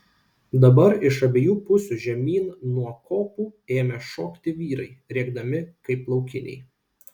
dabar iš abiejų pusių žemyn nuo kopų ėmė šokti vyrai rėkdami kaip laukiniai